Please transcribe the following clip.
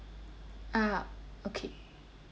ah okay